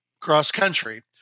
cross-country